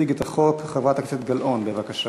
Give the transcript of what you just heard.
תציג את הצעת החוק חברת הכנסת גלאון, בבקשה.